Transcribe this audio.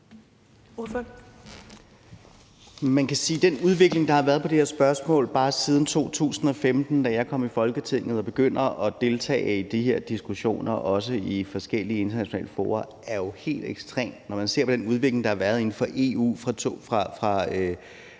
Man kan sige, at den udvikling, der har været i forhold til det her spørgsmål bare siden 2015, da jeg kom i Folketinget og begyndte at deltage i de her diskussioner, også i forskellige internationale fora, har været helt ekstrem. Når man ser på den udvikling, der har været inden for EU fra